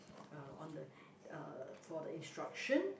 uh on the uh for the instruction